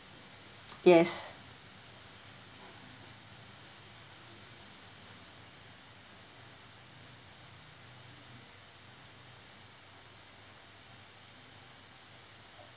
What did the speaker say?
yes